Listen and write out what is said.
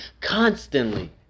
constantly